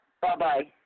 Bye-bye